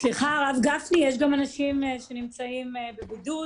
סליחה, הרב גפני, יש גם אנשים שנמצאים בבידוד.